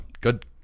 Good